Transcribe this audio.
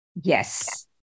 Yes